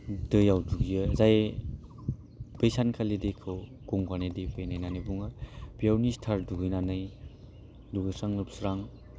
दैयाव दुगैयो जाय बैसानखालि दैखौ गंगानि दै फैनाय होनानै बुङो बेव निस्थार दुगैनानै दुगैस्रां लोबस्रां